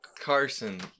carson